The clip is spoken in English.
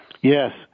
Yes